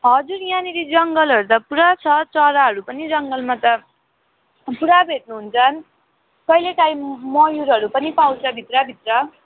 हजुर यहाँनिर जङ्गलहरू त पुरा छ चराहरू पनि जङ्गलमा त पुरा भेट्नुहुन्छ कहिले कहीँ मयुरहरू पनि पाउँछ भित्र भित्र